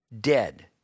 Dead